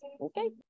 okay